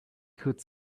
could